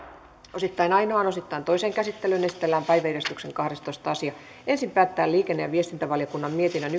osittain ainoaan osittain toiseen käsittelyyn esitellään päiväjärjestyksen kahdestoista asia ensin päätetään liikenne ja viestintävaliokunnan mietinnön